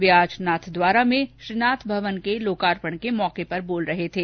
वे आज नाथद्वारा में श्रीनाथ भवन के लोकार्पण के मौके पर बोल रहे थे